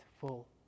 full